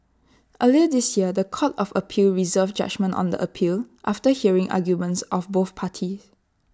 earlier this year The Court of appeal reserved judgement on the appeal after hearing arguments of both parties